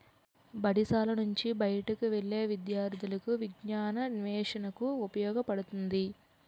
బడిశాల నుంచి బయటకు వెళ్లే విద్యార్థులకు విజ్ఞానాన్వేషణకు ఉపయోగపడుతుంది